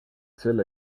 selle